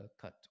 cut